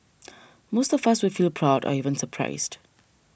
most of us would feel proud or even surprised